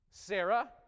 Sarah